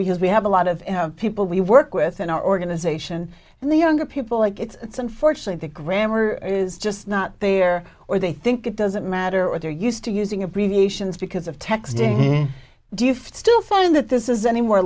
because we have a lot of people we work with and our organization and the younger people like it's unfortunately the grammar is just not there or they think it doesn't matter what they're used to using abbreviations because of texting do you feel still find that this is any more